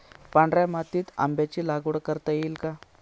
पांढऱ्या मातीत आंब्याची लागवड करता येईल का?